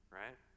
right